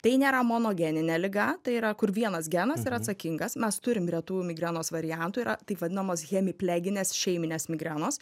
tai nėra monogeninė liga tai yra kur vienas genas yra atsakingas mes turim retų migrenos variantų yra taip vadinamos hemipleginės šeiminės migrenos